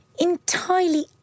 entirely